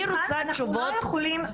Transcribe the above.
אני רוצה לענות.